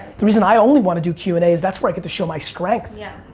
the reason i only want to do q and a is that's where i get to show my strength. yeah,